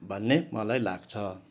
भन्ने मलाई लाग्छ